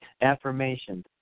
affirmations